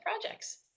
projects